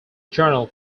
journal